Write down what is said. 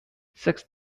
six